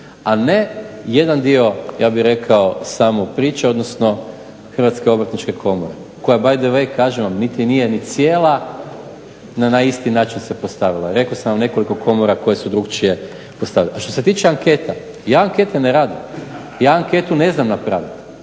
a ne jedan dio ja bih rekao samo priča, odnosno Hrvatske obrtničke komore koja by the way kažem vam niti nije ni cijela na isti način se postavila. Rekao sam vam nekoliko komora koje su drukčije postavile. A što se tiče anketa, ja ankete ne radim, ja anketu ne znam napraviti,